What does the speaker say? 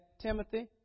Timothy